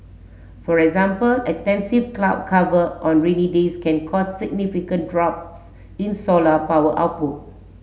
for example extensive cloud cover on rainy days can cause significant drops in solar power output